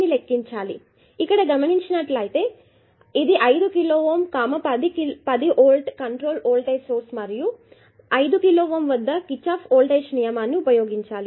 మీరు గమనించినట్లతే ఇది 5కిలో Ω10 v కంట్రోల్ వోల్టాజ్ సోర్స్ మరియు 5కిలో వద్ద కిర్చాఫ్ వోల్టాజ్ నియమాన్ని ఉపయోగించాలి